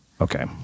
okay